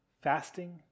fasting